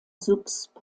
subsp